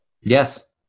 Yes